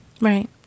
Right